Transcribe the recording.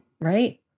Right